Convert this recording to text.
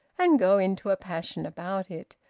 and go into a passion about it,